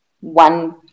one